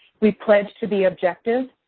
we've pledged to be objective,